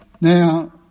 Now